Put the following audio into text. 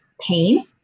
pain